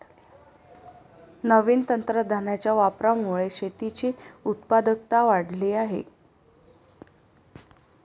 नवीन तंत्रज्ञानाच्या वापरामुळे शेतीची उत्पादकता वाढली आहे